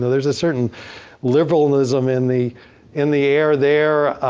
there's a certain liberalism in the in the air there.